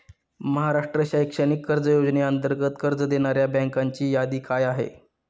महाराष्ट्र शैक्षणिक कर्ज योजनेअंतर्गत कर्ज देणाऱ्या बँकांची यादी काय आहे?